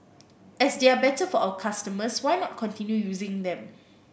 as they are better for our customers why not continue using them